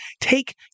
take